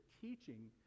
teaching